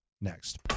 Next